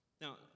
Now